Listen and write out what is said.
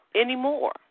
anymore